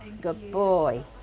good boy.